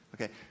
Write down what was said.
Okay